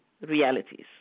realities